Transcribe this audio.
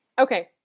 Okay